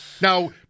now